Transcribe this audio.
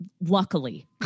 Luckily